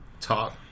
talk